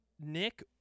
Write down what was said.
Nick